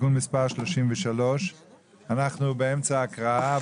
(תיקון מספר 33). אנחנו באמצע הקראה,